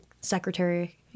secretary